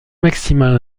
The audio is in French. maximin